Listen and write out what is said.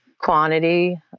quantity